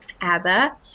ABBA